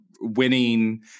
winning